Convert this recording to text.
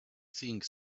think